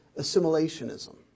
assimilationism